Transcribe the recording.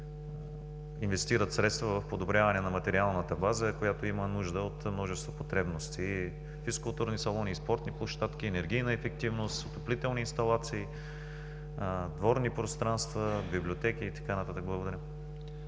инвестират средства в подобряване на материалната база, която има нужда от множество потребности – физкултурни салони, спортни площадки, енергийна ефективност, отоплителни инсталации, дворни пространства, библиотеки и така нататък. Благодаря.